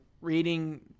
reading